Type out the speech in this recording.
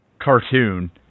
cartoon